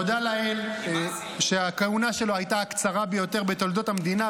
תודה לאל שהכהונה שלו הייתה הקצרה ביותר בתולדות המדינה,